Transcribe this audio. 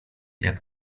jak